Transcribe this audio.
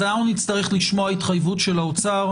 אז אנחנו נצטרך לשמוע התחייבות של האוצר,